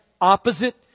opposite